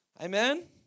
Amen